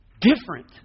Different